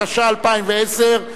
התש"ע 2010,